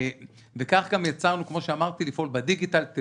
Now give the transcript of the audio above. וכך גם יצאנו לפעול בדיגיטל כמו שאמרתי,